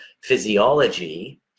physiology